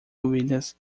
ovelhas